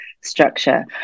structure